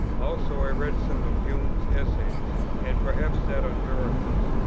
also, i read some of hume's essays and perhaps that on miracles.